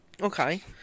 okay